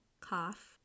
cough